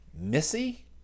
missy